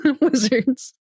wizards